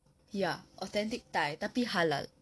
ya authentic thai tapi halal